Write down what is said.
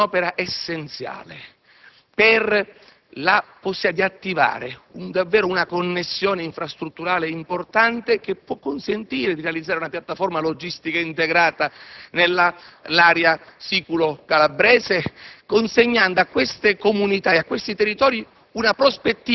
quando invece è un'opera essenziale per la possibilità di attivare veramente una connessione infrastrutturale importante, che può consentire di realizzare una piattaforma logistica integrata nell'area siculo-calabrese, consegnando a quei territori e a quelle comunità